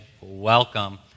welcome